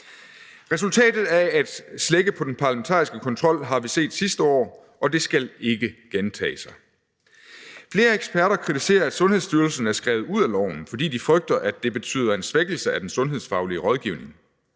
Resultatet af at slække på den parlamentariske kontrol har vi set sidste år, og det skal ikke gentage sig. Flere eksperter kritiserer, at Sundhedsstyrelsen er skrevet ud af loven, fordi de frygter, at det betyder en svækkelse af den sundhedsfaglige rådgivning.